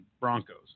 Broncos